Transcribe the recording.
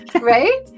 right